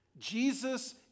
Jesus